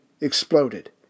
exploded